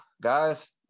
guys